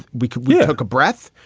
we could we took a breath.